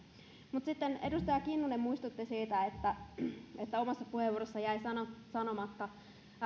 mutta sitten edustaja kinnunen muistutti siitä että omassa puheenvuorossa jäi sana sanomatta